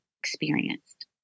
experienced